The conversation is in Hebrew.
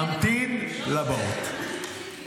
נמתין לבאות.